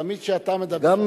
תמיד כשאתה מדבר הזמן עובר מהר.